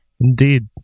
indeed